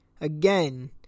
again